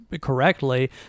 correctly